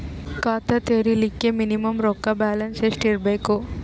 ಖಾತಾ ತೇರಿಲಿಕ ಮಿನಿಮಮ ರೊಕ್ಕ ಬ್ಯಾಲೆನ್ಸ್ ಎಷ್ಟ ಇರಬೇಕು?